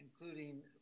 including